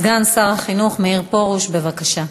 סגן שר החינוך מאיר פרוש, בבקשה.